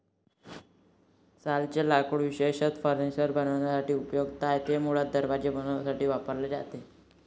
सालचे लाकूड विशेषतः फर्निचर बनवण्यासाठी उपयुक्त आहे, ते मुळात दरवाजे बनवण्यासाठी वापरले जाते